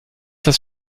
das